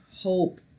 hope